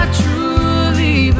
truly